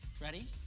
Ready